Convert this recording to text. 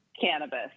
cannabis